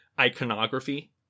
iconography